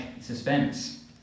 suspense